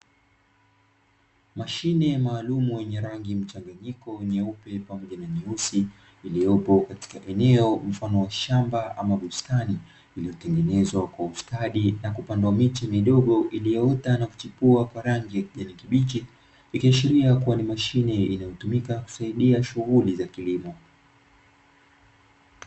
Mashine maalumu yenye rangi mchanganyiko nyeupe na nyeusi iliyopo katika eneo mfano wa shamba ama bustani, iliyopandwa kwa ustadi na kupandwa miche midogo iliyoota na kuchipua kwa rangi ya kijani kibichi ikashiria kuwa ni mashine iliyotumika kusaidia shughuli za kilimo.